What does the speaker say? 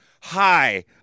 hi